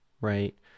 right